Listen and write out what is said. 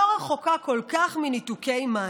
לא רחוקה כל כך מניתוק מים.